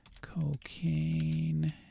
cocaine